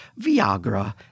Viagra